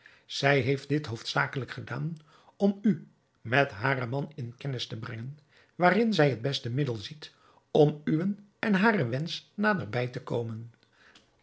zij heeft dit hoofdzakelijk gedaan om u met haren man in kennis te brengen waarin zij het beste middel ziet om uwen en haren wensch naderbij te komen